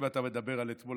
אם אתה מדבר על אתמול,